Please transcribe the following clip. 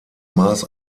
maß